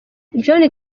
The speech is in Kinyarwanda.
john